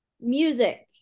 Music